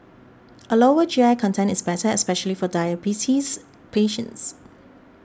a lower G I content is better especially for diabetes patients